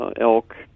elk